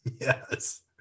yes